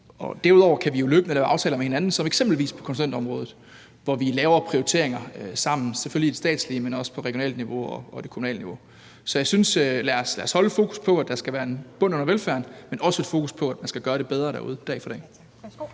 Derudover kan vi jo løbende lave aftaler med hinanden som eksempelvis på konsulentområdet, hvor vi laver prioriteringer sammen selvfølgelig i det statslige, men også på regionalt niveau og på det kommunale niveau. Så lad os holde fokus på, at der skal være en bund under velfærden, men også et fokus på, at man skal gøre det bedre derude dag for dag.